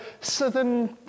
southern